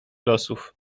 losów